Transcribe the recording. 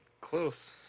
close